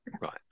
Right